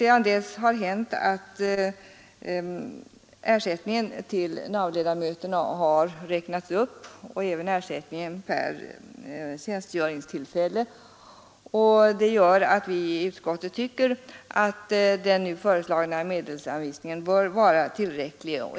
Sedan dess har ersättningen till NAV-ledamöterna räknats upp och även ersättningen per tjänstgöringstillfälle. Det gör att vi i utskottet tycker att den nu föreslagna medelsanvisningen bör vara tillräcklig.